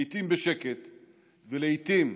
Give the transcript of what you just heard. לעיתים בשקט ולעיתים,